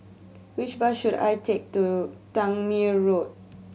which bus should I take to Tangmere Road